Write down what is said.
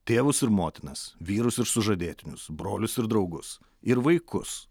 tėvus ir motinas vyrus ir sužadėtinius brolius ir draugus ir vaikus